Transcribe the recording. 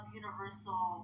universal